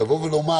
לבוא ולומר